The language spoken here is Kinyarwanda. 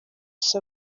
saa